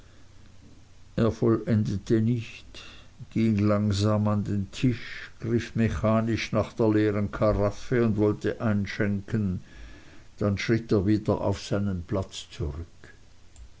er vollendete nicht ging langsam an den tisch griff mechanisch nach der leeren karaffe und wollte einschenken dann schritt er wieder auf seinen platz zurück